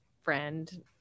friend